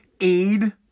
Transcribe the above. aid